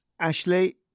Ashley